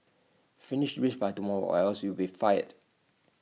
finish this by tomorrow or else you'll be fired